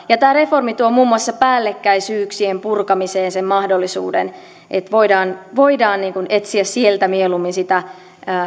tämä reformi tuo muun muassa päällekkäisyyksien purkamisen ja sen mahdollisuuden että voidaan voidaan etsiä sieltä mieluummin sitä